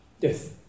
Yes